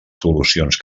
solucions